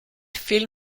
film